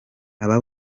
aba